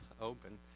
open